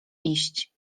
iść